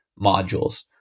modules